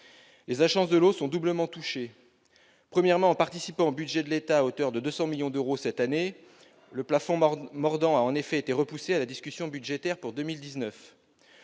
Les agences de l'eau sont doublement touchées. Premièrement, elles participent au budget de l'État à hauteur de 200 millions d'euros cette année. Le « plafond mordant » a, en effet, été repoussé à la discussion budgétaire pour 2019.